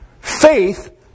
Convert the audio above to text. Faith